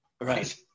Right